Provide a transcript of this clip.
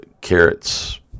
carrots